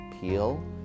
peel